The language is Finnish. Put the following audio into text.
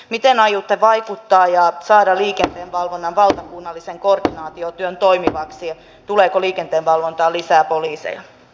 miten aiotte tähän vaikuttaa ja saada liikenteenvalvonnan valtakunnallisen koordinaatiotyön toimivaksi ja tuleeko liikenteenvalvontaan lisää poliiseja